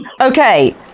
okay